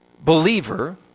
believer